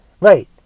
Right